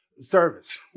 service